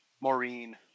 Maureen